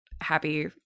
happy